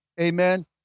amen